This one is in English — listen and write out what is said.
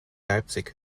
leipzig